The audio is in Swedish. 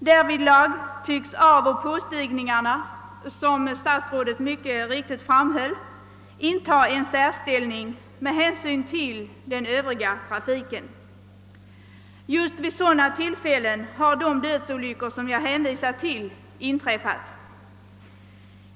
Sålunda tycks avoch påstigningarna i detta avseende inta en särställning med tanke på den övriga trafiken. Detta framhöll statsrådet också mycket riktigt. Just vid avoch påstigningar har de dödsolyckor som jag hänvisat till inträffat.